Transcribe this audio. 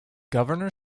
governor